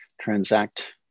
transact